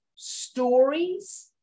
stories